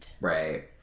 right